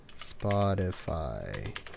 Spotify